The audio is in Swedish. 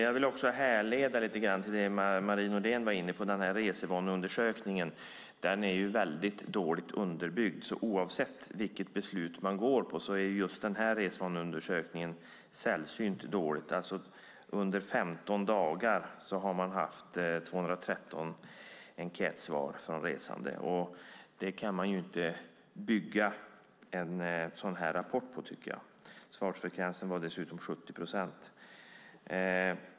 Jag vill också hänvisa lite grann till det Marie Nordén var inne på, nämligen resvaneundersökningen. Den är väldigt dåligt underbyggd. Oavsett vilket beslut man går på är just denna resvaneundersökning sällsynt dålig. Under 15 dagar har man haft 213 enkätsvar från resande, och det tycker jag inte att man kan bygga en sådan här rapport på. Svarsfrekvensen var dessutom 70 procent.